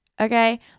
okay